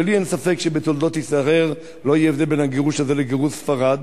שלי אין ספק שבתולדות ישראל לא יהיה הבדל בין הגירוש הזה לגירוש ספרד